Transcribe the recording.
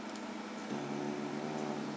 mm